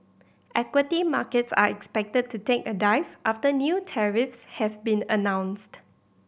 equity markets are expected to take a dive after new tariffs have been announced